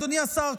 אדוני השר,